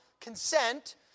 consent